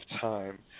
time